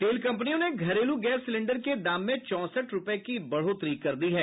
तेल कंपनियों ने घरेलू गैस सिलेंडर के दाम में चौंसठ रूपये की बढ़ोत्तरी कर दी है